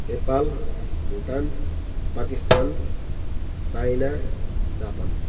Nepal Bhutan Pakistan China Japan